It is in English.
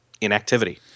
inactivity